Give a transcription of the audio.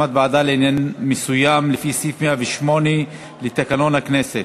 ועדה לעניין מסוים לפי סעיף 108 לתקנון הכנסת.